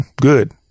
good